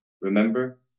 Remember